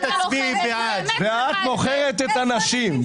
את מוכרת את הנשים.